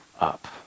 up